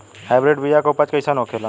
Hybrid बीया के उपज कैसन होखे ला?